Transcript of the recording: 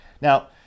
Now